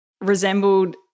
resembled